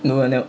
no I never